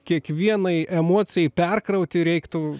kiekvienai emocijai perkrauti reiktų